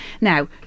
now